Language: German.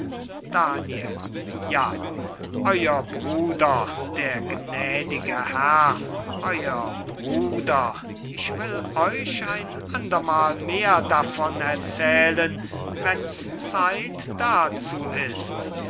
daniel ja euer bruder der gnädige herr euer bruder ich will euch ein andermal mehr davon erzählen wenn's zeit dazu ist